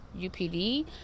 UPD